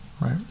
Right